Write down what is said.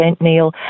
Neil